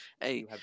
Hey